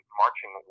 marching